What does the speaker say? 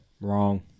Wrong